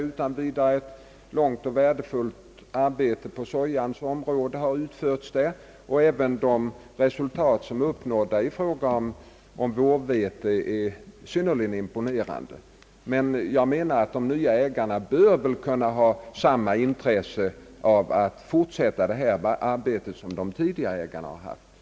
Ett mycket värdefullt arbete har t.ex. utförts på soyabönornas område. även de resultat som har uppnåts i fråga om vårbetet är synnerligen imponerande. Jag menar således att de nya ägarna bör kunna ha samma intresse av att fortsätta det arbete som de tidigare ägarna har bedrivit.